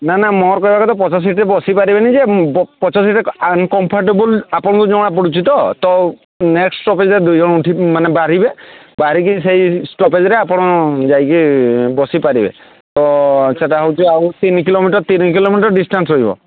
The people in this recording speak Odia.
ନା ନା ମୋର କହିବା କଥା ପଛ ସିଟ୍ରେ ବସି ପାରିବେନି ଯେ ପଛ ସିଟ୍ରେ ଅନକମ୍ଫର୍ଟେବୁଲ୍ ଆପଣଙ୍କୁ ଜଣାପଡ଼ୁଛି ତ ତ ନେକ୍ଷ୍ଟ୍ ଷ୍ଟପେଜ୍ରେ ଦୁଇ ଜଣ ଉଠି ମାନେ ବାହାରିବେ ବାହରିକି ଆପଣ ସେହି ଷ୍ଟପେଜ୍ରେ ଆପଣ ଯାଇକି ବସି ପାରିବେ ତ ସେଇଟା ଆଉ ହେଉଛି ତିନି କିଲୋମିଟର୍ ତିନି କିଲୋମିଟର୍ ଡିଷ୍ଟାନ୍ସ୍ ରହିବ